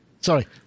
Sorry